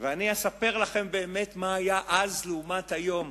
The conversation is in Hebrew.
ואני אספר לכם באמת מה היה אז, לעומת היום,